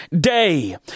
day